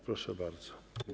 Proszę bardzo.